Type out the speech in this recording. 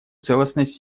целостность